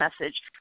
message